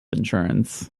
insurance